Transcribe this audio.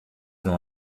não